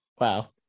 wow